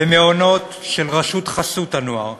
במעונות של רשות חסות הנוער,